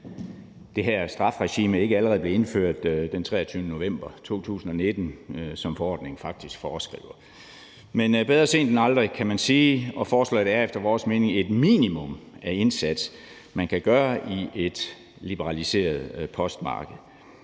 det her strafferegime ikke allerede blev indført den 23. november 2019, som forordningen faktisk foreskriver. Men bedre sent end aldrig, kan man sige, og lovforslaget er efter vores mening et minimum af indsats, man kan gøre, i et liberaliseret postmarked.